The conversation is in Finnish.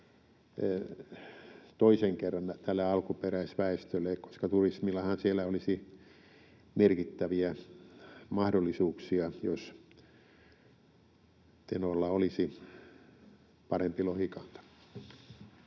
toisen kerran tälle alkuperäisväestölle, koska turismillahan siellä olisi merkittäviä mahdollisuuksia, jos Tenolla olisi parempi lohikanta.